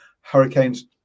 Hurricanes